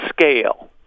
scale